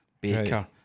baker